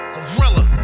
Gorilla